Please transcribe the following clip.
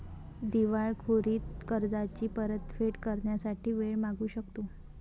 दिवाळखोरीत कर्जाची परतफेड करण्यासाठी वेळ मागू शकतो